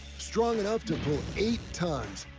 strong enough to pull eight tons.